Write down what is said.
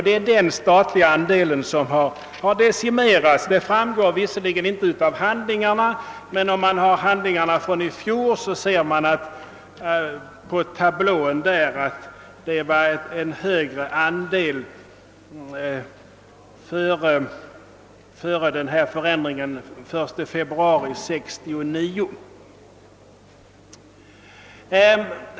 Det framgår visserligen inte av handlingarna att den statliga andelen har decimerats, men om man ser på tablån i handlingarna från i fjol finner man att statens andel var högre före ändringen den 1 februari 1969.